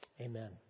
amen